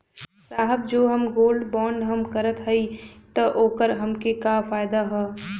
साहब जो हम गोल्ड बोंड हम करत हई त ओकर हमके का फायदा ह?